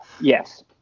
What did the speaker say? Yes